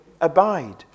abide